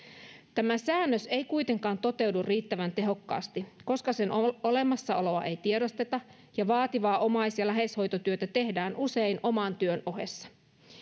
tämä säännös ei kuitenkaan toteudu riittävän tehokkaasti koska sen olemassaoloa ei tiedosteta ja vaativaa omais ja läheishoitotyötä tehdään usein oman työn ohessa